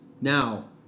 Now